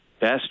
best